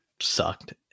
sucked